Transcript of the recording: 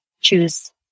choose